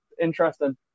Interesting